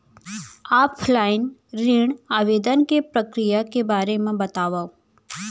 Offline ऋण आवेदन के प्रक्रिया के बारे म बतावव?